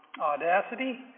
Audacity